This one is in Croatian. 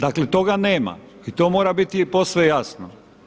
Dakle, toga nema i to mora biti posve jasno.